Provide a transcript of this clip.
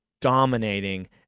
dominating